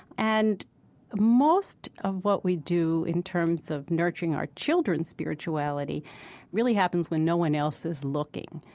and most of what we do in terms of nurturing our children's spirituality really happens when no one else is looking,